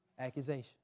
Accusation